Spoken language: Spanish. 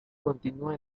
continua